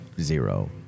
zero